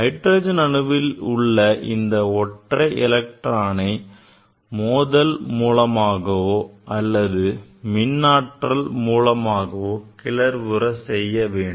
hydrogen அணுவில் உள்ள இந்த ஒற்றை எலக்ட்ரானை மோதல் மூலமாகவோ அல்லது மின் ஆற்றலை பயன்படுத்தியோ கிளரவுற செய்ய வேண்டும்